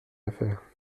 affaire